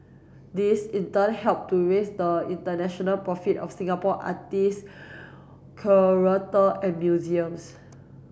this in turn help to raise the international profit of Singapore artist and museums